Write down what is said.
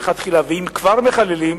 ואם כבר מחללים,